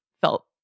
felt